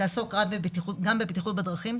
תעסוק גם בבטיחות דרכים.